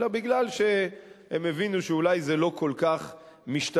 אלא מפני שהם הבינו שאולי זה לא כל כך משתלם,